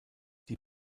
die